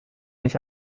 nicht